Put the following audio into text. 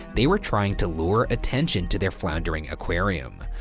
they were trying to lure attention to their floundering aquarium.